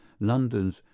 Londons